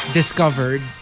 discovered